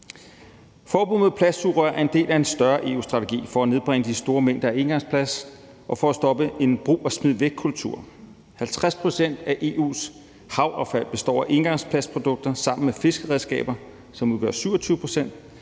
Forbud mod plastsugerør er en del af en større EU-strategi for at nedbringe de store mængder af engangsplast og for at stoppe en brug og smid væk-kultur. 50 pct. af EU's havaffald består af engangsplastprodukter sammen med fiskeredskaber, som udgør 27 pct.,